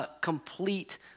complete